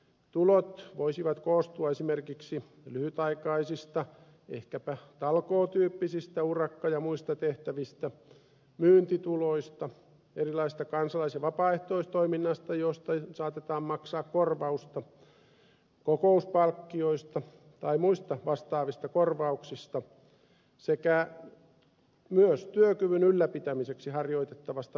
tulot voisivat koostua esimerkiksi lyhytaikaisista ehkäpä talkootyyppisistä urakka ja muista tehtävistä myyntituloista erilaisesta kansalais ja vapaaehtoistoiminnasta josta saatetaan maksaa korvausta kokouspalkkioista tai muista vastaavista korvauksista sekä myös työkyvyn ylläpitämiseksi harjoitettavasta vähäisestä työstä